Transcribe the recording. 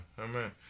amen